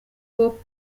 hop